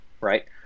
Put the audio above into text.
right